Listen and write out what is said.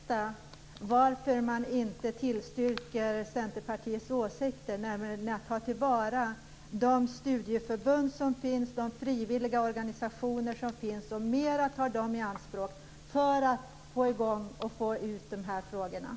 Herr talman! Jag skulle vilja veta varför man inte ansluter sig till Centerpartiets åsikt att studieförbunden och de frivilliga organisationerna bör tas i anspråk mera för att få i gång det här arbetet.